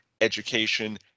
education